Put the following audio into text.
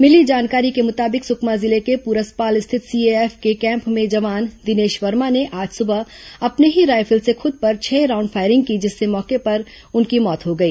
मिली जानकारी के मुताबिक सुकमा जिले के पूरसपाल स्थित सीएएफ के कैम्प में जवान दिनेश वर्मा ने आज सुबह अपने ही रायफल से खुद पर छह राउंड फायरिंग की जिससे उसकी मौके पर ही मौत हो गई